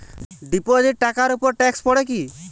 Deposit টাকার উপর tax পড়ে কি?